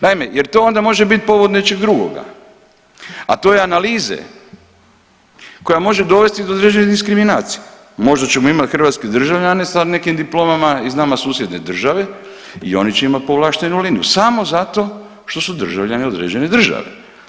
Naime, jer to onda može biti povod nečeg drugoga, a to je analize koja može dovesti do određene diskriminacije, možda ćemo imati hrvatske državljane sa nekim diplomama iz nama susjedne države i oni će imati povlaštenu liniju samo zato što su državljani određene države.